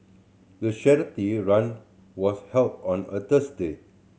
the charity run was held on a Thursday